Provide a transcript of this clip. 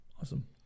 Awesome